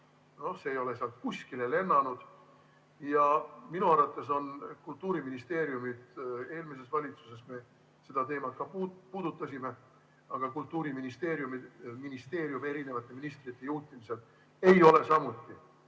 see ei ole sealt kuskile lennanud. Minu teada Kultuuriministeeriumis eelmises valitsuses me seda teemat puudutasime, aga Kultuuriministeeriumim eri ministrite juhtimisel ei ole samuti